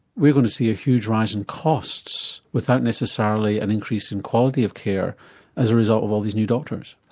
we're going to see a huge rise in costs without necessarily an increase in quality of care as a result of all these new doctors.